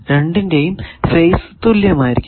രണ്ടിന്റെയും ഫേസ് തുല്യമായിരിക്കും